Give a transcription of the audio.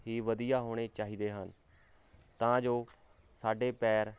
ਇਹ ਵਧੀਆ ਹੋਣੇ ਚਾਹੀਦੇ ਹਨ ਤਾਂ ਜੋ ਸਾਡੇ ਪੈਰ